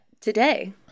today